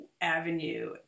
avenue